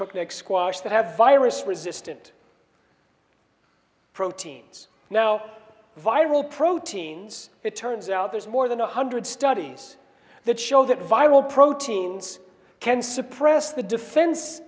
cryptic squash that have virus resistant proteins now viral proteins it turns out there's more than one hundred studies that show that viral proteins can suppress the defen